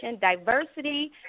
diversity